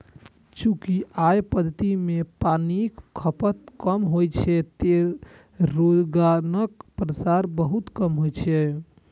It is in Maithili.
चूंकि अय पद्धति मे पानिक खपत कम होइ छै, तें रोगक प्रसार बहुत कम होइ छै